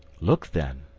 look, then,